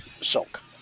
silk